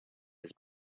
his